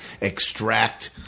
extract